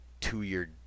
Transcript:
two-year